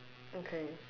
okay